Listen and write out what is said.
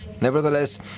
Nevertheless